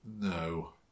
No